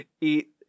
eat